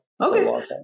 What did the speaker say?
Okay